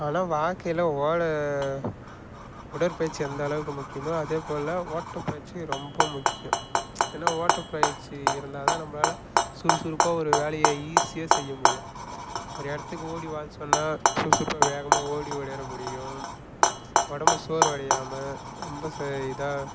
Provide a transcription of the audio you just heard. ஆனால் வாழ்க்கையில் ஓட உடற்பயிற்சி எந்த அளவுக்கு முக்கியமோ அதேப் போல் ஓட்டப் பயிற்சி ரொம்ப முக்கியம் ஏன்னால் ஓட்டப் பயிற்சி இருந்தால்தான் நம்மளால சுறுசுறுப்பாக ஒரு வேலையை ஈஸியாக செய்ய முடியும் ஒரு இடத்துக்கு ஓடி வான்னு சொன்னால் சுறுசுறுப்பாக வேகமாக ஓடி ஓடிவர முடியும் உடம்பு சோர்வு அடையாமல் ரொம்ப செ இதாக